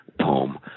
poem